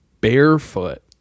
barefoot